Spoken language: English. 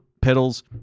pedals